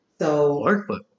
workbook